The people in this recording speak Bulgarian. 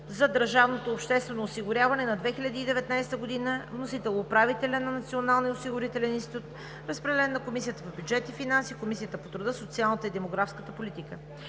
за държавното обществено осигуряване на 2019 г. Вносител: управителят на Националния осигурителен институт. Разпределен е на Комисията по бюджет и финанси, Комисията по труда, социалната и демографската политика.